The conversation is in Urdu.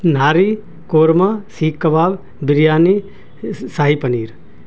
نہاری قورمہ سیخ کباب بریانی شاہی پنیر